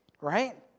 Right